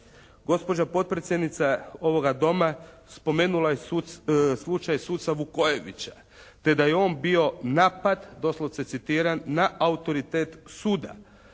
Gospođa potpredsjednica ovoga Doma spomenula je slučaj suca Vukojevića te da je on bio napad, doslovce citiram: "… na autoritet suda.".